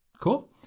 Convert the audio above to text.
cool